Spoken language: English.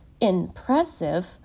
impressive